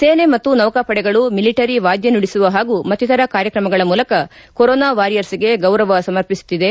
ಸೇನೆ ಮತ್ತು ನೌಕಾಪಡೆಗಳು ಮಿಲಿಟರಿ ವಾದ್ಯ ನುಡಿಸುವ ಹಾಗೂ ಮತ್ತಿತರ ಕಾರ್ಯಕ್ರಮಗಳ ಮೂಲಕ ಕೊರೊನಾ ವಾರಿಯರ್ಗೆ ಗೌರವ ಸಮರ್ಪಿಸುತ್ತಿದೆ